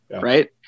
right